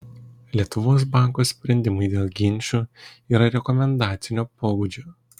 lietuvos banko sprendimai dėl ginčų yra rekomendacinio pobūdžio